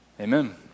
amen